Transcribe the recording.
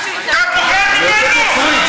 אתה פוחד ממנו?